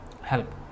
help